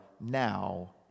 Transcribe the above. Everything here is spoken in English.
now